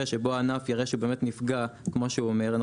שבו הענף יראה שבאמת הוא נפגע כמו שהוא אומר,